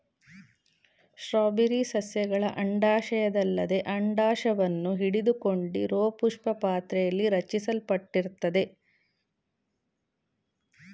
strawberry ಸಸ್ಯಗಳ ಅಂಡಾಶಯದಲ್ಲದೆ ಅಂಡಾಶವನ್ನು ಹಿಡಿದುಕೊಂಡಿರೋಪುಷ್ಪಪಾತ್ರೆಲಿ ರಚಿಸಲ್ಪಟ್ಟಿರ್ತದೆ